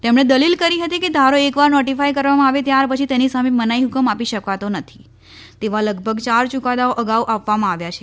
તેમણે દલીલ કરી હતી કે ધારો એકવાર નોટીફાઈ કરવામાં આવે ત્યારપછી તેની સામે મનાઈ ઠ્કમ આપી શકાતો નથી તેવા લગભગ ચાર યુકાદાઓ અગાઉ આપવામાં આવ્યા છે